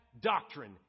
doctrine